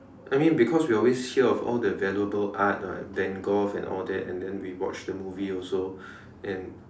I mean because we always hear of all the valuable art [what] then golf and all that then we watch the movie also and